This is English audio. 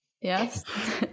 Yes